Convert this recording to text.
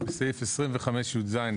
בסעיף 25יז,